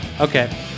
Okay